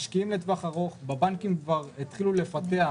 משקיעים לטווח ארוך בבנקים כבר התחילו לפתח